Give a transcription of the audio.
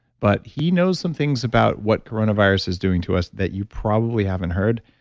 but he knows some things about what coronavirus is doing to us that you probably haven't heard,